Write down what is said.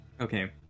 Okay